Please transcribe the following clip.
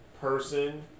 person